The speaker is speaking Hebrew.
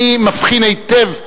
אני מבין היטב,